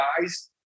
guys